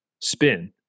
spin